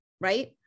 right